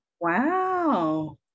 Wow